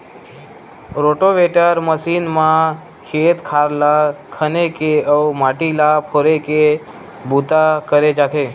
rotavator मसीन म खेत खार ल खने के अउ माटी ल फोरे के बूता करे जाथे